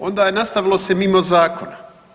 Onda je nastavilo se mimo zakona.